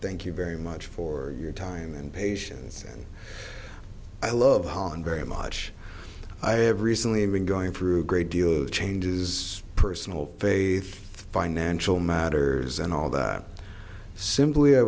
thank you very much for your time and patience and i love holland very much i have recently been going through a great deal of changes personal faith financial matters and all that simply i